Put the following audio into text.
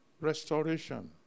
restoration